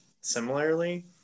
similarly